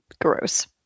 Gross